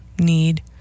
need